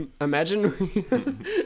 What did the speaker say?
imagine